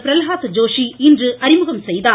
பிரல்ஹாத் ஜோஷி இன்று அறிமுகம் செய்தார்